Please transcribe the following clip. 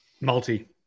Multi